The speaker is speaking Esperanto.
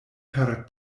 per